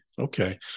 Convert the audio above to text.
Okay